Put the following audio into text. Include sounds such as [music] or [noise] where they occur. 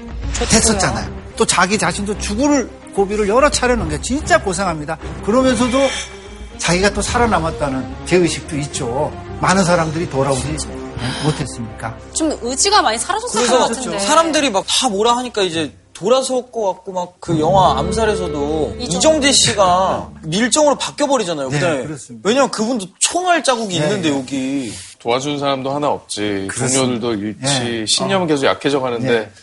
됐어요. 됐었잖아요. 또 자기 자신도 죽을 고비를 여러 차례 넘겨 진짜 고생합니다. 그러면서도 자기가 또 살아남았다는 죄의식도 있죠. 많은 사람들이 돌아오지 진짜. 못했으니까. 좀 의지가 많이 사라졌을 것 그래서 같은데. 사람들이 막 다 뭐라 하니까 이제 돌아섰을 것 같고 막 그 음. 영화 암살에서도 음, 이정재 이정재 씨가. [laughs] 씨가 밀정으로 바뀌어버리잖아요, 네, 그날. 그렇습니다. 왜냐면 그분도 총알 자국이 있는데, 네, 네. 여기. 도와준 사람도 하나 없지. 그렇습니다. 동료들도 잃지. 네. 신념은 어. 계속 약해져 가는데 네.